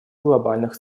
глобальных